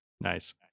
Nice